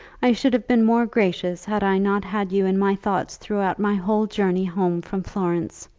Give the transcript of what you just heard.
i should have been more gracious had i not had you in my thoughts throughout my whole journey home from florence.